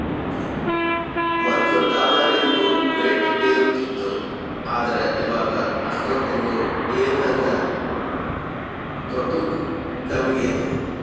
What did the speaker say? ಮೊದ್ಲು ಡಾಲರಿಂದು ರೇಟ್ ಏರುತಿತ್ತು ಆದ್ರ ಇವಾಗ ಅಷ್ಟಕೊಂದು ಏರದಂಗ ತೊಟೂಗ್ ಕಮ್ಮೆಗೆತೆ